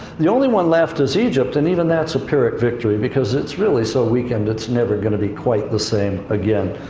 the only one left is egypt, and even that's a pyrrhic victory, because it's really so weakened it's never going to be quite the same again.